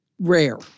rare